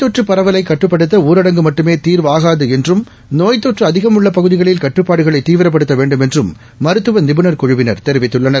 தொற்றுப் பரவலைகட்டுப்படுத்தஊரடங்கு மட்டுமேதீர்வாகாதுஎன்றும் நோய் கோய் கொற்றுஅதிகம் உள்ளபகுதிகளில் கட்டுப்பாடுகளைதீவிரப்படுத்தவேண்டுமென்றும் மருத்துவநிபுணர் குழுவினர் தெரிவித்தள்ளனர்